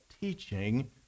teaching